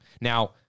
Now